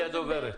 בבקשה.